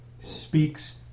speaks